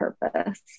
purpose